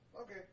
Okay